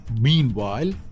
Meanwhile